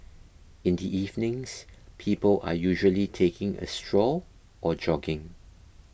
in the evenings people are usually taking a stroll or jogging